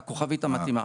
לכוכבית המתאימה.